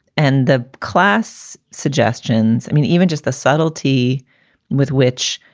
and the class suggestions. i mean, even just the subtlety with which,